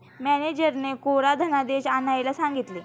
मॅनेजरने कोरा धनादेश आणायला सांगितले